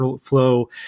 flow